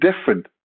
different